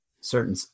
certain